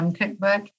cookbook